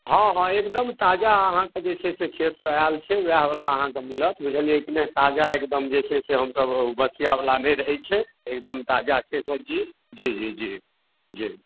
हँ हँ एकदम ताजा अहाँक जे छै से खेतसँ आएल छै ओएह बला अहाँक मिलत बुझलियै कि नहि ताजा एकदम जे छै से हमसभ ओ बसिआ बला नहि रहैत छै एकदम ताजा छै सब्जी जी जी जी जी